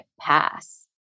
pass